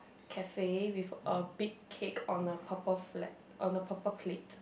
cafe with a big cake on a purple flat on a purple plate